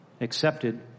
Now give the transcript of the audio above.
accepted